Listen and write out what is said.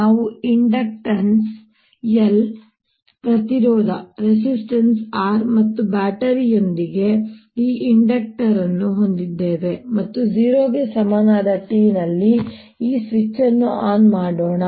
ನಾವು inductance L ಪ್ರತಿರೋಧ r ಮತ್ತು ಬ್ಯಾಟರಿಯೊಂದಿಗೆ ಈ ಇಂಡಕ್ಟರ್ ಅನ್ನು ಹೊಂದಿದ್ದೇವೆ ಮತ್ತು 0 ಗೆ ಸಮಾನವಾದ t ನಲ್ಲಿ ಈ ಸ್ವಿಚ್ ಅನ್ನು ಆನ್ ಮಾಡೋಣ